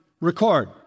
record